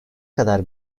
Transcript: kadar